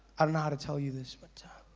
i don't know how to tell you this, but.